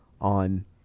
on